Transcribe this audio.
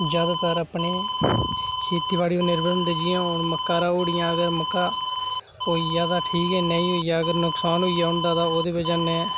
ज्यादातर अपने खेतीबाड़ी उप्पर निरभर होंदे जियां हून मक्कां राही उड़ियां अगर मक्कां होई गेआ तां ठीक ऐ अगर नुकसान होई गेआ उन्दा ते ओह्दे वजह ने